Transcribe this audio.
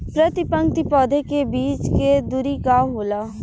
प्रति पंक्ति पौधे के बीच के दुरी का होला?